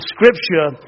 Scripture